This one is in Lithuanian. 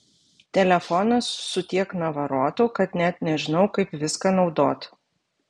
telefonas su tiek navarotų kad net nežinau kaip viską naudot